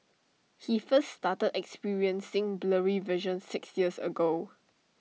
he first started experiencing blurry vision six years ago